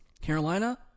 Carolina